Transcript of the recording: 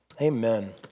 amen